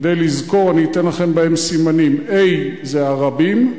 כדי לזכור אתן לכם בהם סימנים: A זה ערבים,